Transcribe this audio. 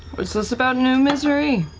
what's this about new misery?